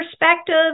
perspective